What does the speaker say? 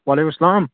وعلیکُم سلام